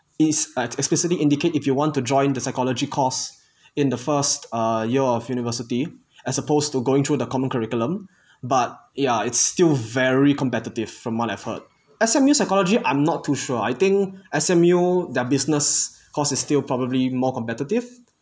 it's at explicitly indicate if you want to join the psychology course in the first uh year of university as opposed to going through the common curriculum but yeah it's still very competitive from what I've heard S_M_U psychology I'm not too sure I think S_M_U their business course it's still probably more competitive